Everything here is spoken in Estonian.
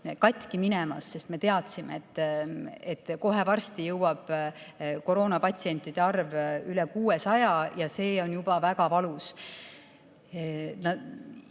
katki minemas. Me teadsime, et kohe varsti jõuab koroonapatsientide arv [haiglates] üle 600, ja see on juba väga valus.